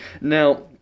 Now